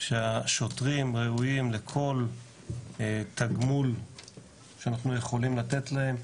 שהשוטרים ראויים לכל תגמול שאנחנו יכולים לתת להם.